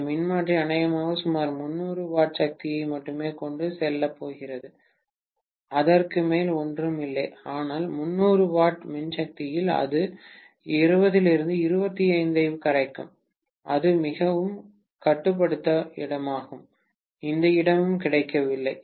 அந்த மின்மாற்றி அநேகமாக சுமார் 300 W சக்தியை மட்டுமே கொண்டு செல்லப் போகிறது அதற்கு மேல் ஒன்றும் இல்லை ஆனால் 300 W மின்சக்தியில் அது 20 25 W ஐக் கரைக்கும் அது மிகவும் கட்டுப்படுத்தப்பட்ட இடமாகும் எந்த இடமும் கிடைக்கவில்லை